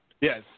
Yes